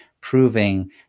proving